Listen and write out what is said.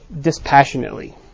dispassionately